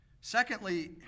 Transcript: Secondly